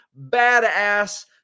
badass